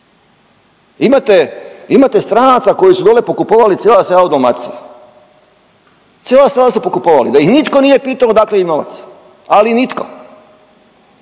imate stranaca koji su dole pokupovali cijela sela u Dalmaciji, cijela sela su pokupovali da ih nitko nije pitao odakle im novac, ali nitko.